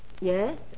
Yes